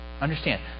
Understand